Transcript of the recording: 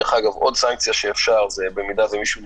דרך אגב, עוד סנקציה שאפשר, אם מישהו נתפס,